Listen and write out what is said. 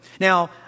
Now